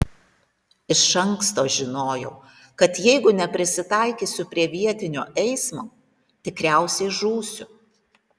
iš anksto žinojau kad jeigu neprisitaikysiu prie vietinio eismo tikriausiai žūsiu